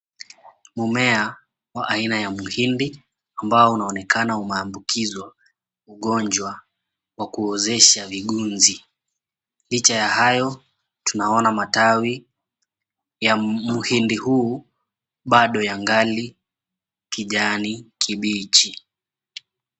Mmea wa aina ya mhindi ambao unaonekana umeambukizwa ugonjwa wakuozesha vigunzi. Licha ya hayo tunaona matawi ya mhindi huu bado yangali kijani kibichi.